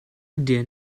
der